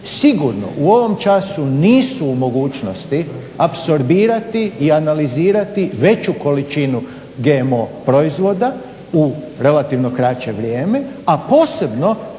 sigurno u ovom času nisu u mogućnosti apsorbirati i analizirati veću količinu GMO proizvoda u relativno kraće vrijeme, a posebno